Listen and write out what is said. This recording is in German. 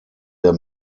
der